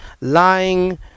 lying